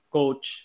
coach